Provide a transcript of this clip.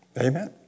Amen